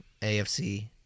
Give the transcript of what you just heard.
AFC